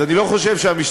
אז אני לא חושב שהמשטרה,